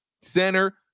Center